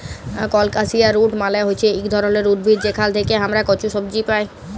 colocasia root মালে হচ্যে ইক ধরলের উদ্ভিদ যেখাল থেক্যে হামরা কচু সবজি পাই